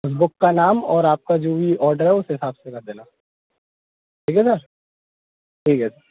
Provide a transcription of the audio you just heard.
उस बुक का नाम और आपका जो भी ऑर्डर हो उस हिसाब से लगेगा ठीक है सर ठीक है